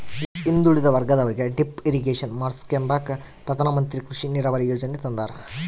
ಹಿಂದುಳಿದ ವರ್ಗದ ರೈತರಿಗೆ ಡಿಪ್ ಇರಿಗೇಷನ್ ಮಾಡಿಸ್ಕೆಂಬಕ ಪ್ರಧಾನಮಂತ್ರಿ ಕೃಷಿ ನೀರಾವರಿ ಯೀಜನೆ ತಂದಾರ